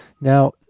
now